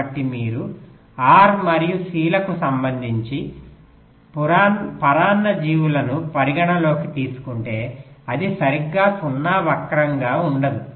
కాబట్టి మీరు R మరియు C లకు సంబంధించి పరాన్నజీవులను పరిగణనలోకి తీసుకుంటే అది సరిగ్గా 0 వక్రంగా ఉండదు